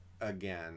again